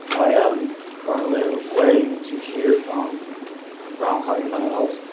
i am currently waiting to hear from brown county mental health.